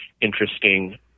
interesting